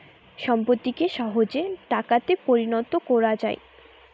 সম্পত্তিকে সহজে টাকাতে পরিণত কোরা যায়